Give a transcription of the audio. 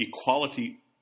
Equality